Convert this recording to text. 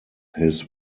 his